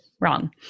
wrong